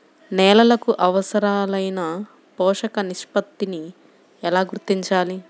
నేలలకు అవసరాలైన పోషక నిష్పత్తిని ఎలా గుర్తించాలి?